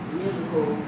musical